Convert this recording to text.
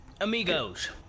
amigos